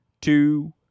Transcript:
two